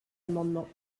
amendement